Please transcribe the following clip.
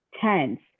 tense